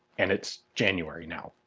and it's january now.